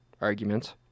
arguments